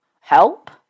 help